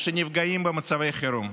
שנמצאים במצבי חירום.